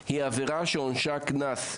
הם עבירה שעונשה קנס.